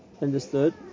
understood